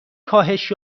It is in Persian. کاهش